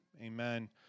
Amen